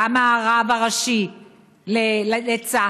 גם מהרב הראשי לצה"ל,